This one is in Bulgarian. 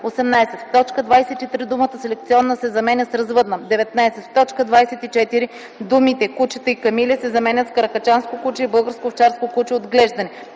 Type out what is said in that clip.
т. 23 думата „Селекционна” се заменя с „Развъдна”. 19. В т. 24 думите „кучета и камили” се заменят с „каракачанско куче и българско овчарско куче, отглеждани”.